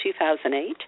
2008